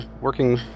working